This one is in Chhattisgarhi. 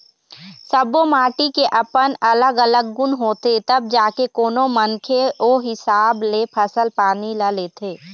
सब्बो माटी के अपन अलग अलग गुन होथे तब जाके कोनो मनखे ओ हिसाब ले फसल पानी ल लेथे